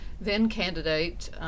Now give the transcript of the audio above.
then-candidate